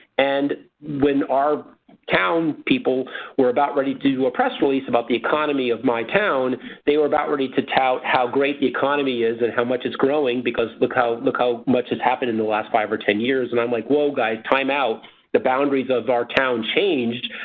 and when our town people were about ready to do a press release about the economy of my town they were about ready to tout how great the economy is and how much it's growing because look how look how much has happened in the last five or ten years. and i'm like, whoa guys, timeout. the boundaries of our town changed.